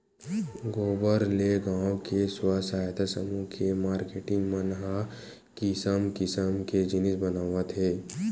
गोबर ले गाँव के स्व सहायता समूह के मारकेटिंग मन ह किसम किसम के जिनिस बनावत हे